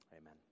Amen